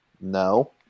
No